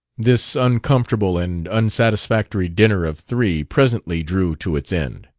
this uncomfortable and unsatisfactory dinner of three presently drew to its end.